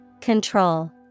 Control